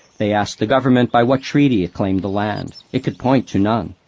they asked the government by what treaty it claimed the land. it could point to none.